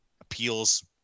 Appeals